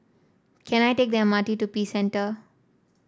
can I take the M R T to Peace Centre